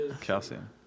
Calcium